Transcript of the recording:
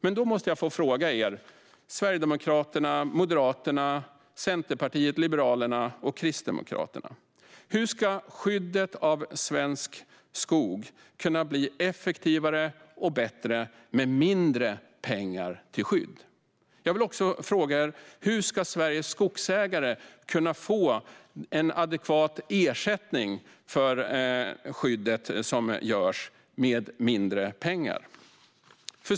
Men då måste jag få fråga er, Sverigedemokraterna, Moderaterna, Centerpartiet, Liberalerna och Kristdemokraterna: Hur ska skyddet av svensk skog kunna bli effektivare och bättre med mindre pengar till skydd? Jag vill också fråga er: Hur ska Sveriges skogsägare kunna få en adekvat ersättning för det skydd som görs med mindre pengar?